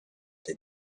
that